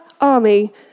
army